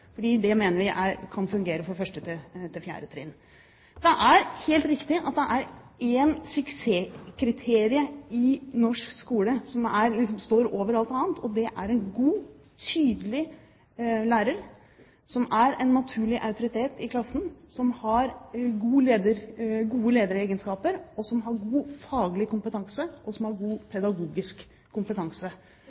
Det mener vi kan fungere for 1. til 4. trinn. Det er helt riktig at det er ett suksesskriterium i norsk skole som står over alt annet, og det er en god, tydelig lærer som er en naturlig autoritet i klassen, som har gode lederegenskaper, og som har god faglig kompetanse og god pedagogisk kompetanse.